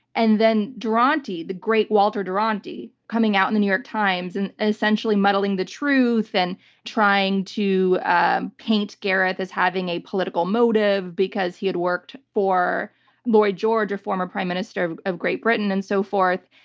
and then duranty, the great walter duranty coming out in the new york times and essentially muddling the truth and trying to paint gareth as having a political motive because he had worked for lloyd george, a former prime minister of great britain and so forth.